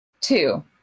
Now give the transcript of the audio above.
Two